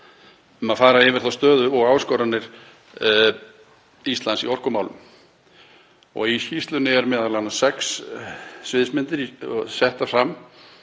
til að fara yfir stöðu og áskoranir Íslands í orkumálum. Í skýrslunni eru m.a. sex sviðsmyndir settar fram